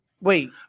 wait